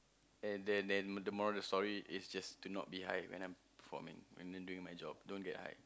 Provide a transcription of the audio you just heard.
and then and the moral of the story is just to not be high when I'm performing when then doing my job don't get high